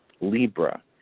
Libra